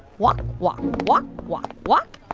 walk, walk, walk, walk, walk.